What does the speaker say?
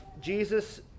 Jesus